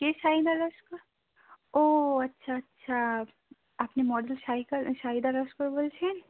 কে শাইনা লস্কর ও আচ্ছা আচ্ছা আপনি মডেল শাহিকা শাহিদা লস্কর বলছেন